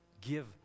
Give